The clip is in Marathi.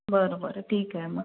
बरं बरं ठीक आहे मग